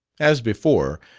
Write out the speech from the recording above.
as before,